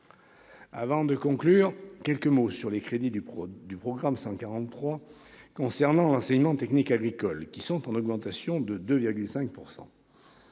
Avant de conclure, je dirai quelques mots sur les crédits du programme 143 « Enseignement technique agricole », qui sont en augmentation de 2,5 %.